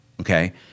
okay